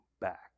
back